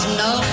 no